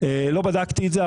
לא בדקתי את זה,